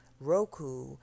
Roku